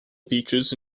features